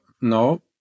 no